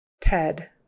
Ted